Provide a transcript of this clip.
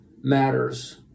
matters